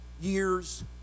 years